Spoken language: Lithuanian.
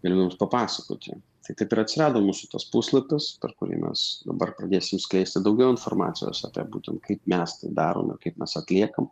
galiu jums papasakoti tai taip ir atsirado mūsų tas puslapis per kurį mes dabar pradėsim skleisti daugiau informacijos apie būtent kaip mes tai darome kaip mes atliekam